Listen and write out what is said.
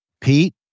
Pete